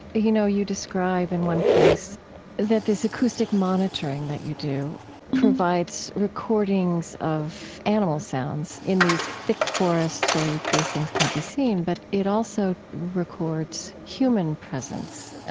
you know you describe in one place that this acoustic monitoring that you do provides recordings of animal sounds in these thick forests where these things can't be seen, but it also records human presence